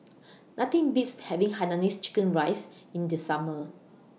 Nothing Beats having Hainanese Curry Rice in The Summer